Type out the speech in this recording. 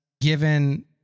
given